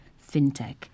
fintech